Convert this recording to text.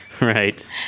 Right